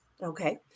Okay